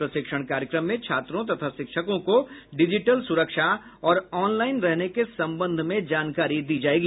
प्रशिक्षण कार्यक्रम में छात्रों तथा शिक्षकों को डिजिटल सुरक्षा और ऑनलाइन रहने के संबंध में जानकारी दी जाएगी